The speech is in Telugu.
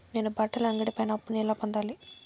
నేను బట్టల అంగడి పైన అప్పును ఎలా పొందాలి?